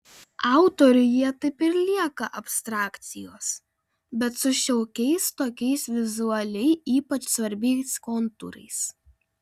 autoriui jie taip ir lieka abstrakcijos bet su šiokiais tokiais vizualiai ypač svarbiais kontūrais